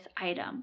item